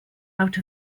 out